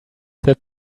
that